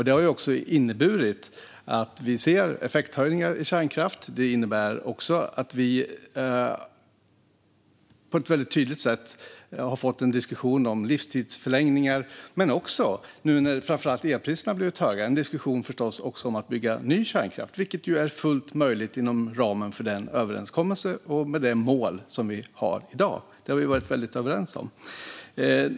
Det här har inneburit att vi ser effekthöjningar i kärnkraft. Det innebär också att vi på ett väldigt tydligt sätt har fått en diskussion om livstidsförlängningar men också, nu när framför allt elpriserna har blivit höga, en diskussion om att bygga ny kärnkraft - vilket är fullt möjligt inom ramen för den överenskommelse och med det mål som vi har i dag. Det har vi varit väldigt överens om.